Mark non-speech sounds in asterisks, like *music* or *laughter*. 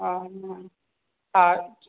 हँ *unintelligible* हँ